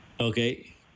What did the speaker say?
Okay